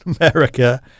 America